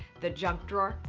the junk drawer,